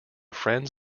friends